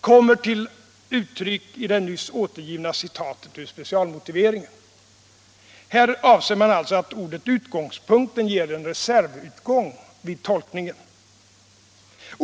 kommer till uttryck i det nyss återgivna citatet ur specialmotiveringen.” Här avser man alltså att ordet utgångspunkten ger en reservutgång vid tolkningen.